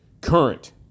Current